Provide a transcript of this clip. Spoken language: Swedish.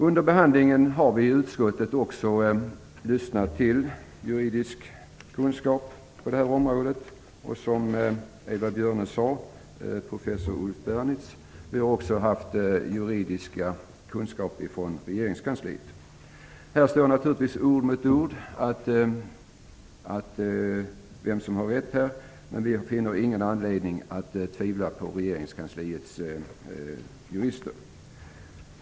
Under behandlingen har vi i utskottet också anlitat juridisk sakkunskap på det här området i form av, som Eva Björne sade, professor Ulf Bernitz. Vi har också tagit del av juridisk sakkunskap från regeringskansliet. Här står ord mot ord, men vi finner ingen anledning att tvivla på regeringskansliets jurister.